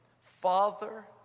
Father